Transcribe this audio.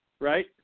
right